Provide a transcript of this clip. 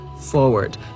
forward